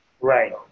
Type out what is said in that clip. Right